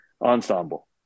ensemble